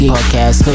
Podcast